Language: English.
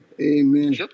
Amen